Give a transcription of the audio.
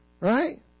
right